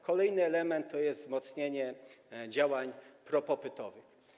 Kolejny element to jest wzmocnienie działań propopytowych.